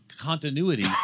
continuity